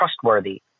trustworthy